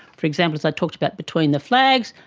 for example as i talked about between the flags,